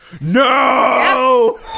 No